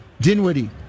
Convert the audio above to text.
Dinwiddie